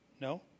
No